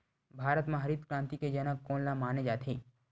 भारत मा हरित क्रांति के जनक कोन ला माने जाथे?